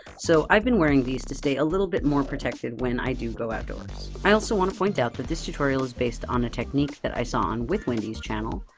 so i've been wearing these to stay a little more protected when i do go outdoors. i also want to point out that this tutorial is based on a technique that i saw on withwendy's channel.